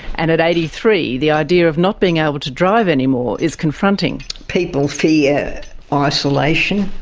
and at eighty three, the idea of not being able to drive any more is confronting. people fear ah isolation,